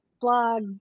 blog